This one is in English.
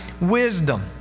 wisdom